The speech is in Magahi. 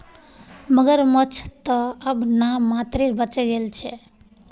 मगरमच्छ त अब नाम मात्रेर बचे गेल छ